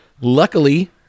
Luckily